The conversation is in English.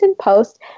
Post